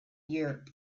europe